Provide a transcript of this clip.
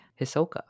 Hisoka